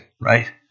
right